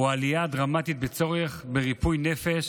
העלייה הדרמטית בצורך בריפוי נפש